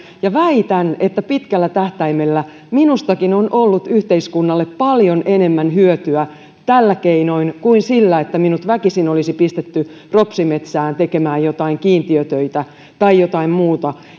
ja väitän että pitkällä tähtäimellä minustakin on ollut yhteiskunnalle paljon enemmän hyötyä tällä keinoin kuin sillä että minut väkisin olisi pistetty propsimetsään tekemään jotain kiintiötöitä tai jotain muuta